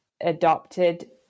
adopted